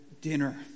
dinner